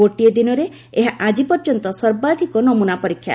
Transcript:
ଗୋଟିଏ ଦିନରେ ଏହା ଆଜିପର୍ଯ୍ୟନ୍ତ ସର୍ବାଧିକ ନମୁନା ପରୀକ୍ଷା